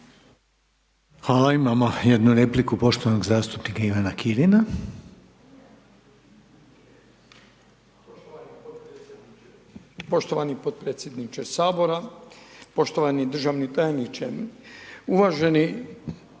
(HDZ)** Imamo jednu repliku poštovanog zastupnika Ivana Kirina.